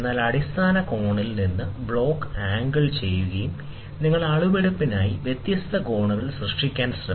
അടിസ്ഥാന കോണിൽ നിന്ന് ബ്ലോക്ക് ആംഗിൾ ചെയ്യുക നിങ്ങൾക്ക് അളവെടുപ്പിനായി വ്യത്യസ്ത കോണുകൾ സൃഷ്ടിക്കാൻ ശ്രമിക്കാം